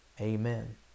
amen